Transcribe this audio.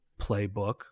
playbook